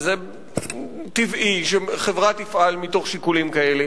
וזה טבעי שחברה תפעל מתוך שיקולים כאלה.